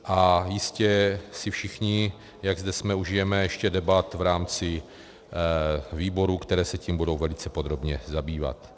A jistě si všichni, jak zde jsme, užijeme ještě debat v rámci výborů, které se tím budou velice podrobně zabývat.